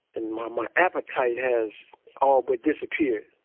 and my my appetite has all but disappeared.